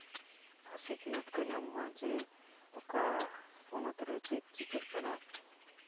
ᱥᱤᱠᱷᱱᱟᱹᱛ ᱧᱟᱢᱚᱜᱼᱟ ᱡᱮ ᱚᱠᱟ ᱯᱚᱱᱚᱛ ᱨᱮ ᱪᱮᱫ ᱪᱤᱠᱟᱹᱜ ᱠᱟᱱᱟ